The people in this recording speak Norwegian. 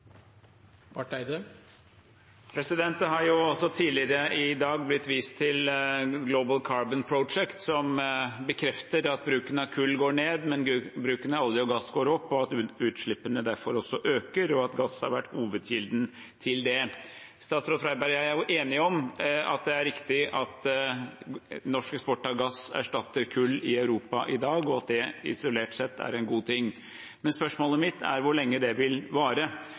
Det har også tidligere i dag blitt vist til Global Carbon Project, som bekrefter at bruken av kull går ned, mens bruken av olje og gass går opp, at utslippene derfor også øker, og at gass har vært hovedkilden til det. Statsråd Freiberg og jeg er enige om at det er riktig at norsk eksport av gass erstatter kull i Europa i dag, og at det isolert sett er en god ting. Men spørsmålet mitt er hvor lenge det vil vare,